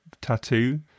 tattoo